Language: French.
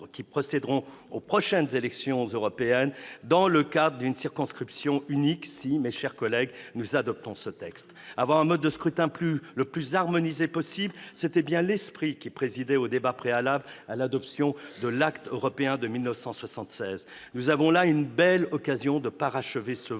qui procéderont aux prochaines élections européennes dans le cadre d'une circonscription unique si, mes chers collègues, nous adoptons ce texte. Avoir un mode de scrutin le plus harmonisé possible, c'était bien l'esprit qui présidait aux débats préalables à l'adoption de l'Acte européen de 1976. Nous avons là une belle occasion de parachever ce voeu.